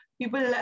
People